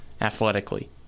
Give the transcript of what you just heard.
athletically